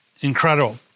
incredible